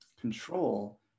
control